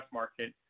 market